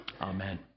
Amen